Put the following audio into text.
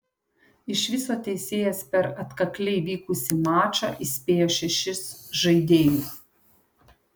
iš viso teisėjas per atkakliai vykusį mačą įspėjo šešis žaidėjus